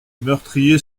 meurtrier